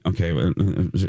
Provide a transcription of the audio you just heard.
Okay